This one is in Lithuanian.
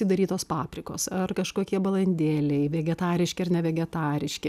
įdarytos paprikos ar kažkokie balandėliai vegetariški ar nevegetariški